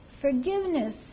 Forgiveness